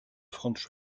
franz